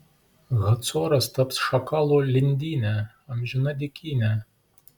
hacoras taps šakalų lindyne amžina dykyne